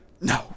No